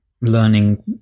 learning